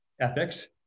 ethics